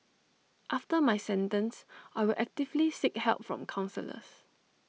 after my sentence I will actively seek help from counsellors